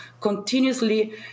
continuously